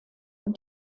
und